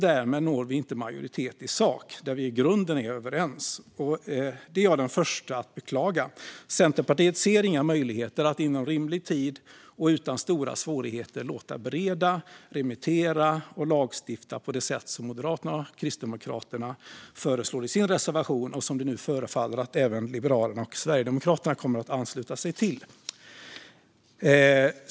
Därmed når vi inte majoritet i sak, trots att vi i grunden är överens, och det är jag den förste att beklaga. Centerpartiet ser inga möjligheter att inom rimlig tid och utan stora svårigheter låta bereda, remittera och lagstifta på det sätt som Moderaterna och Kristdemokraterna föreslår i sin reservation. Det förefaller nu som om även Liberalerna och Sverigedemokraterna kommer att ansluta sig till detta.